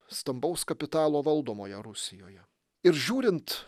stambaus kapitalo valdomoje rusijoje ir žiūrint